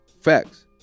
Facts